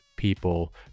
people